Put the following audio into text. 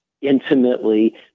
intimately